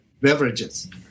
beverages